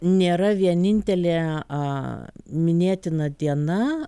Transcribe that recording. nėra vienintelė minėtina diena